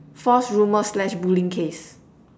false rumor slash bullying case